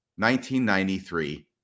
1993